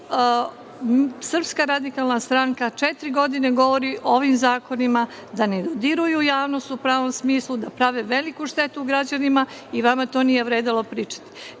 sam sada nabrojala i SRS četiri godine govori o ovim zakonima da ne dodiruju javnost u pravom smislu, da prave veliku štetu građanima i vama to nije vredelo pričati,